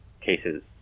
cases